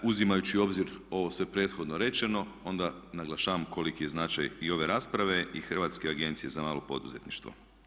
Uzimajući u obzir ovo sve prethodno rečeno onda naglašavam koliki je značaj i ove rasprave i Hrvatske agencije za malo poduzetništvo.